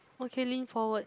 okay lean forward